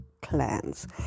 clans